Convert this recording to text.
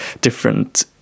different